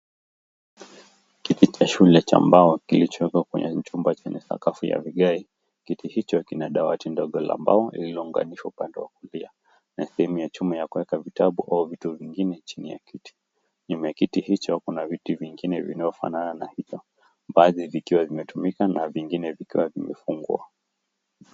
Kiti cha shule cha mbao kilichowekwa kwenye chumba chenye sakafu ya vigae. Kiti hicho kina dawati ndogo la mbao lililounganishwa upande wa kulia na sehemu ya chuma ya kuweka vitabu au vitu vingine chini ya kiti. Nyuma ya kiti hicho kuna viti vingine vinavyofanana na hicho. Baadhi vikiwa vimetumika na vingine vikiwa vimefungwa.